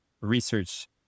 research